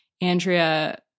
Andrea